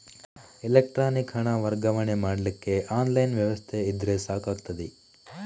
electronic ಹಣ ವರ್ಗಾವಣೆ ಮಾಡ್ಲಿಕ್ಕೆ ಆನ್ಲೈನ್ ವ್ಯವಸ್ಥೆ ಇದ್ರೆ ಸಾಕಾಗ್ತದೆ